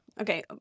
Okay